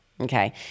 Okay